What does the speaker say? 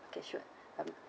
okay sure um